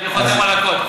אני חותם על הכול.